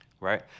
right